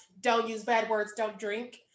don't-use-bad-words-don't-drink